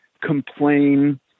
complain